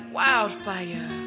wildfire